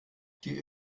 die